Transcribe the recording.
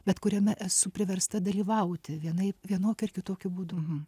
bet kuriame esu priversta dalyvauti vienaip vienokiu ar kitokiu būdu